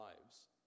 lives